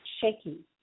shaky